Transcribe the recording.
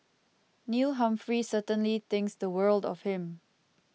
Neil Humphrey certainly thinks the world of him